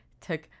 took